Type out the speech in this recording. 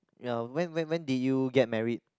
ya when when when did you get married